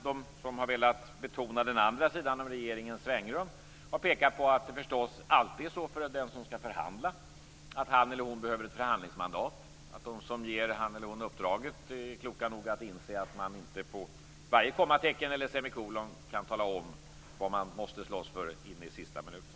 De som har velat betona den andra sidan, regeringens svängrum, har förstås pekat på att det alltid är så att den som skall förhandla behöver ett förhandlingsmandat och att de som ger honom eller henne uppdraget är kloka nog att inse att man inte på varje kommatecken eller semikolon kan tala om vad man måste slåss för in i sista minuten.